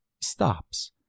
stops